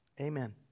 Amen